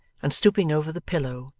and stooping over the pillow,